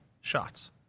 shots